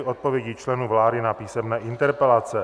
Odpovědi členů vlády na písemné interpelace